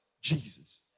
Jesus